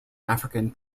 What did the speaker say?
african